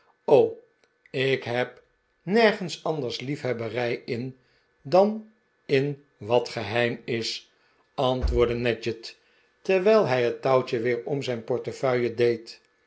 ik heb nergehs anders liefhebberij maarten chuzzlewit in dan in wat geheim is antwoordde nadgett terwijl hij het touwtje weer om zijn portefeuille deed